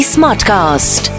Smartcast